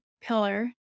pillar